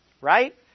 right